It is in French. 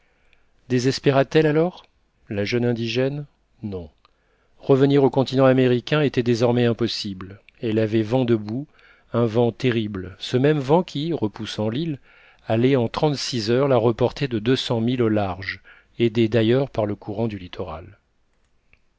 désespéra t elle alors la jeune indigène non revenir au continent américain était désormais impossible elle avait vent debout un vent terrible ce même vent qui repoussant l'île allait en trente-six heures la reporter de deux cents milles au large aidé d'ailleurs par le courant du littoral